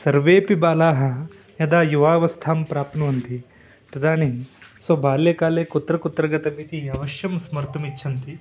सर्वेऽपि बालाः यदा युवावस्थां प्राप्नुवन्ति तदानीं स्वबाल्यकाले कुत्र कुत्र गतम् इति अवश्यं स्मर्तुम् इच्छन्ति